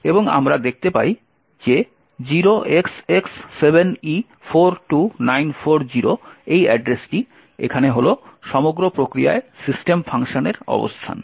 এবং আমরা দেখতে পাই যে 0XX7E42940 এই অ্যাড্রেসটি এখানে হল সমগ্র প্রক্রিয়ায় সিস্টেম ফাংশনের অবস্থান